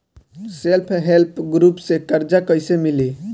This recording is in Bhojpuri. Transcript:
सेल्फ हेल्प ग्रुप से कर्जा कईसे मिली?